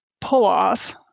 pull-off